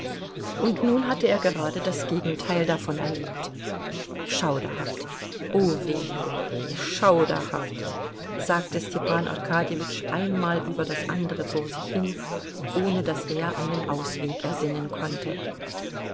und nun hatte er gerade das gegenteil davon erlebt schauderhaft o weh o weh schauderhaft sagte stepan arkadjewitsch einmal über das andere vor sich hin ohne daß er einen ausweg ersinnen konnte